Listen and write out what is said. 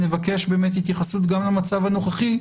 נבקש גם התייחסות למצב הנוכחי,